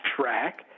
track